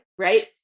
right